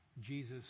Jesus